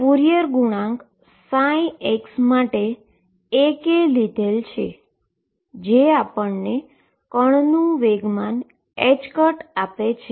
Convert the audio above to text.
આપણે ફુરીયર ગુણાંક x માટે A લીધેલ છે જે આપણને પાર્ટીકલનું particle મોમેન્ટમ ℏk આપે છે